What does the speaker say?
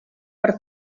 per